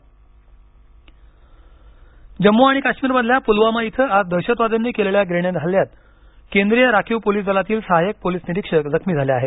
जम्म काश्मीर हल्ला जम्मू आणि काश्मीरमधल्या पुलवामा इथं आज दहशतवाद्यांनी केलेल्या ग्रेनेड हल्यात केंद्रीय राखीव पोलीस दलातील सहायक पोलीस निरीक्षक जखमी झाले आहेत